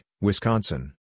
Wisconsin